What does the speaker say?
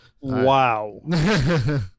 Wow